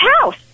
house